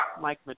Mike